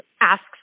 asks